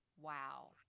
Wow